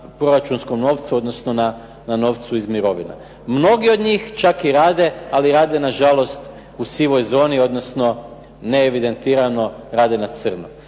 proračunskom novcu odnosno na novcu iz mirovina. Mnogi od njih čak i rade ali rade nažalost u sivoj zoni, odnosno neevidentirano rade na crno.